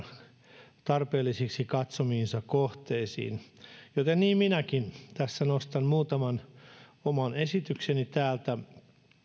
omia talousarvioaloitteitaan tarpeellisiksi katsomiinsa kohteisiin joten niin minäkin tässä nostan muutaman oman esitykseni täältä